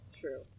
true